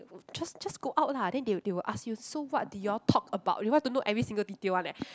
just just go out lah then they they will ask you so what did you all talk about they want to know every single detail one leh